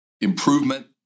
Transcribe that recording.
improvement